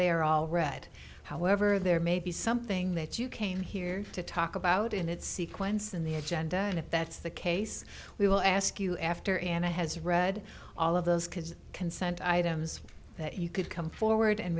they are all read however there may be something that you came here to talk about in its sequence in the agenda and if that's the case we will ask you after and i has read all of those kids consent items that you could come forward and